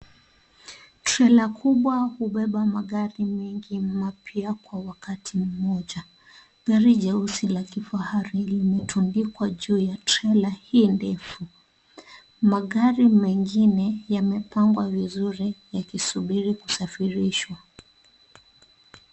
Trailer kubwa hubeba magari mengi mapya kwa wakati mmoja gari jeusi la kifahari limetundikwa juu ya hii trailer hii ndefu, magari mengine yamepangwa vizuri yakisubiri kusafirishwa .